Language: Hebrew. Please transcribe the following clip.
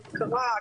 בקרה,